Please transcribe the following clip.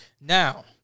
Now